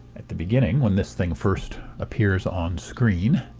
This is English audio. at the beginning when this thing first appears on screen